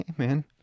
Amen